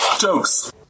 Jokes